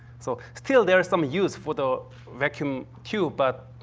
so, still, there is some use for the vacuum tube, but